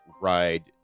ride